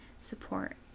support